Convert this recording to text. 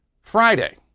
Friday